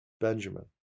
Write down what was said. Benjamin